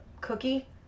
Cookie